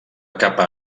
capa